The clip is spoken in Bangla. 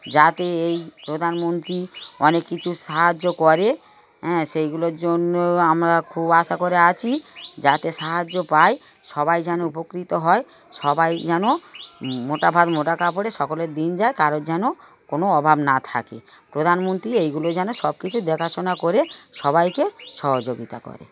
যাতে এই প্রধানমন্ত্রী অনেক কিছু সাহায্য করে হ্যাঁ সেইগুলোর জন্য আমরা খুব আশা করে আছি যাতে সাহায্য পাই সবাই যেন উপকৃত হয় সবাই যেন মোটা ভাত মোটা কাপড়ে সকলের দিন যায় কারোর যেন কোনো অভাব না থাকে প্রধানমন্ত্রী এইগুলো যেন সব কিছু দেখাশোনা করে সবাইকে সহযোগিতা করে